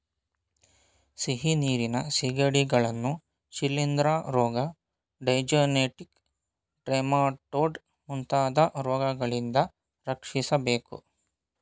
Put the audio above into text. ಸಿಹಿನೀರಿನ ಸಿಗಡಿಗಳನ್ನು ಶಿಲಿಂದ್ರ ರೋಗ, ಡೈಜೆನೆಟಿಕ್ ಟ್ರೆಮಾಟೊಡ್ ಮುಂತಾದ ರೋಗಗಳಿಂದ ರಕ್ಷಿಸಬೇಕು